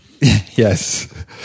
yes